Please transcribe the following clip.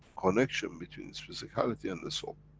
connection between his physicality and the soul.